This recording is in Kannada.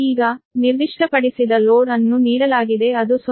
ಈಗ ನಿರ್ದಿಷ್ಟಪಡಿಸಿದ ಲೋಡ್ ಅನ್ನು ನೀಡಲಾಗಿದೆ ಅದು 0